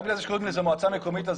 רק בגלל שקוראים לזה מועצה מקומית?